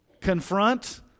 Confront